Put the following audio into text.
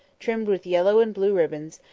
trimmed with yellow and blue ribbons,